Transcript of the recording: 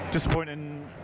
Disappointing